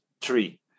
three